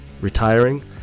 retiring